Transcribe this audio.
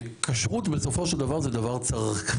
כשרות בסופו של דבר זה דבר צרכני.